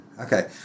Okay